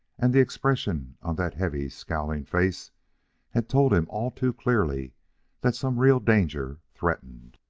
and the expression on that heavy, scowling face had told him all too clearly that some real danger threatened.